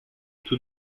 tout